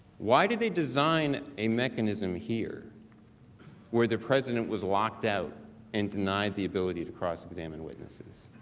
why do they design a mechanism here where the president was locked out and denied the ability to cross-examine witnesses?